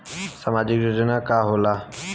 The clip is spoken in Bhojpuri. सामाजिक योजना का होला?